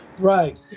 right